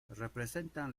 representan